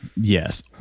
Yes